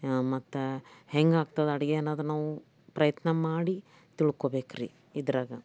ಮತ್ತು ಹೆಂಗೆ ಆಗ್ತದೆ ಅಡುಗೆ ಅನ್ನೋದ್ದು ನಾವು ಪ್ರಯತ್ನ ಮಾಡಿ ತಿಳ್ಕೊಳ್ಬೇಕ್ರಿ ಇದ್ರಾಗೆ